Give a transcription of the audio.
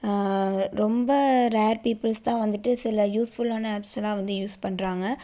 ரொம்ப rare peoples தான் வந்துட்டு சில யூஸ்ஃபுல்லான ஆப்ஸ்ல் எல்லாம் வந்து யூஸ் பண்ணுறாங்க